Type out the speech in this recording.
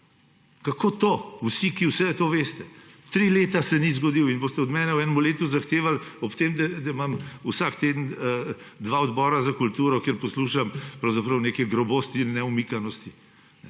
Kako to, vsi, ki vse to veste? Tri leta se ni zgodil in ga boste od mene v enem letu zahtevali, ob tem, da imam vsak teden dva odbora za kulturo, kjer poslušam pravzaprav neke grobosti in neomikanosti.